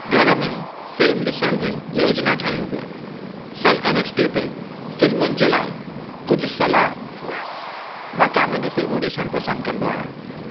घर में फिल्म ॾिसण जी योजना ठाहियूं पिया सन एनएक्सटी ते फिल्मुनि जे लाइ कुझु सलाह मां कॉमेडी फिल्मूं पसंदि कंदो आहियां